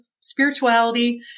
spirituality